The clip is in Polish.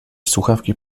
słuchawki